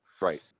Right